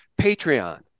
patreon